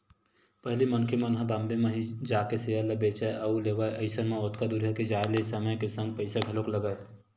पहिली मनखे मन ह बॉम्बे म ही जाके सेयर ल बेंचय अउ लेवय अइसन म ओतका दूरिहा के जाय ले समय के संग पइसा घलोक लगय